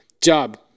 job